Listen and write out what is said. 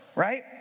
Right